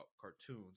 cartoons